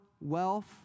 wealth